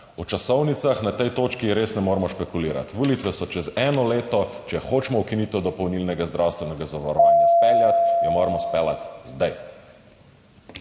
O časovnicah na tej točki res ne moremo špekulirati. Volitve so čez eno leto, če hočemo ukinitev dopolnilnega zdravstvenega zavarovanja izpeljati, jo moramo izpeljati zdaj.